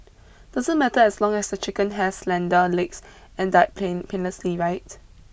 doesn't matter as long as the chicken has slender legs and died plain painlessly right